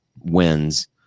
wins